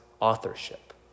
Authorship